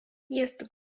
jest